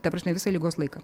ta prasme visą ligos laiką